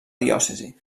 diòcesi